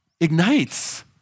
ignites